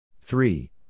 three